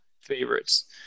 favorites